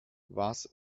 was